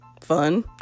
fun